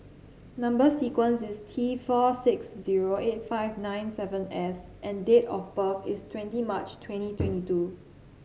number sequence is T four six zero eight five nine seven S and date of birth is twenty March twenty twenty two